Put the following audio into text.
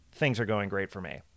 thingsaregoinggreatforme